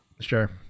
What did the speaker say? Sure